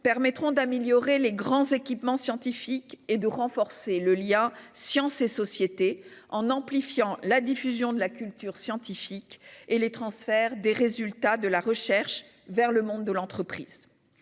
permettre d'investir dans les grands équipements scientifiques et de renforcer le lien entre la science et la société la diffusion de la culture scientifique et le transfert des résultats de la recherche vers le monde des entreprises.